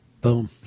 Boom